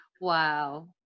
wow